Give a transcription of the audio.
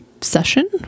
session